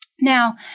Now